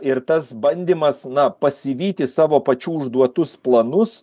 ir tas bandymas na pasivyti savo pačių užduotus planus